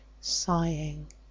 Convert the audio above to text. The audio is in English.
sighing